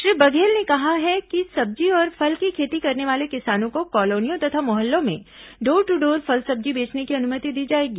श्री बघेल ने कहा है कि सब्जी और फल की खेती करने वाले किसानों को कॉलोनियों तथा मोहल्लों में डोर ट्र डोर फल सब्जी बेचने की अनुमति दी जाएगी